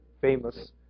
famous